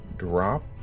drop